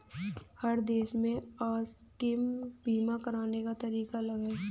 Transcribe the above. हर देश के आकस्मिक बीमा कराने का तरीका अलग होता है